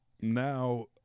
now